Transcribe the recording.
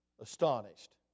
Astonished